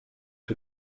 wir